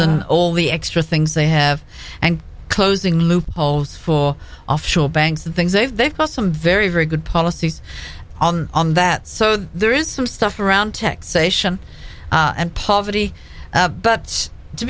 and old the extra things they have and closing loopholes for offshore banks the things they've they've got some very very good policies on on that so there is some stuff around tech sation and poverty but to